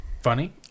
funny